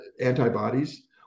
antibodies